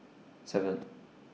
seven